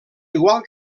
igual